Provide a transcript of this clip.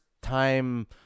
time